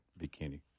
bikini